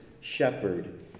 shepherd